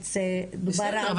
באמת --- בסדר,